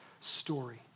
story